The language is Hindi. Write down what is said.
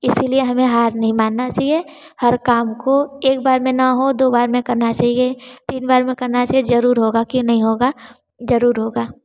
इसलिए हमें हार नहीं मानना चाहिए हर काम को एक बार में न हो दो बार में करना चाहिए तीन बार में करना चाहिए ज़रूर होगा क्यों नहीं होगा ज़रूर होगा